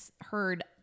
heard